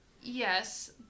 yes